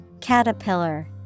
Caterpillar